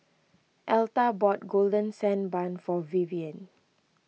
Elta bought Golden Sand Bun for Vivienne